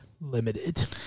limited